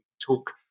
talk